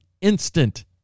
instant